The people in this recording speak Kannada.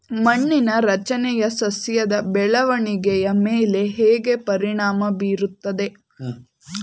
ಮಣ್ಣಿನ ರಚನೆಯು ಸಸ್ಯದ ಬೆಳವಣಿಗೆಯ ಮೇಲೆ ಹೇಗೆ ಪರಿಣಾಮ ಬೀರುತ್ತದೆ?